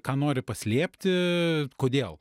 ką nori paslėpti kodėl